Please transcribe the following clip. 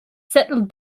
settled